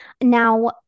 Now